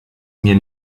mir